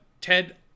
Ted